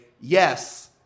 yes